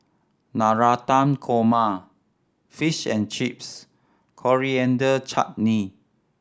Navratan Korma Fish and Chips Coriander Chutney